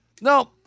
No